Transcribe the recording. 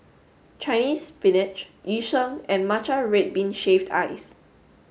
Chinese Spinach Yu Sheng and Matcha red bean shaved ice